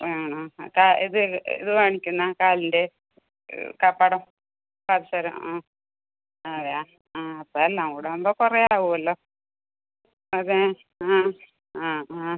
വേണോ ആ ഇത് ഇത് വാങ്ങിക്കുന്നോ കാലിൻ്റെ കാപ്പാടം പാദസരം ആ അതെയോ ആ അപ്പം എല്ലാം കൂടെ ആവുമ്പോൾ കുറേ ആവുമല്ലോ അതെ ആ ആ ആ ആ